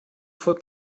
folgt